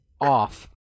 off